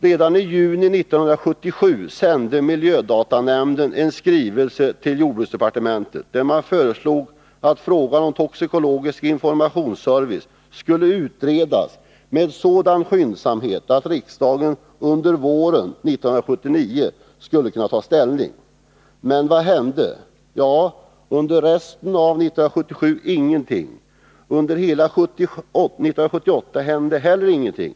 Den 29 juni 1977 sände miljödatanämnden en skrivelse till jordbruksdepartementet i vilken föreslogs att frågan om toxikologisk informationsservice skulle utredas med sådan skyndsamhet att riksdagen redan under våren 1979 skulle kunna ta ställning. Vad hände? Ja, under resten av år 1977 hände ingenting, under hela 1978 hände heller ingenting.